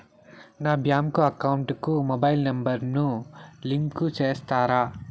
నా bank account కు mobile number ను లింకు చేస్తారా?